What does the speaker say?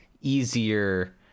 easier